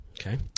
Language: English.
Okay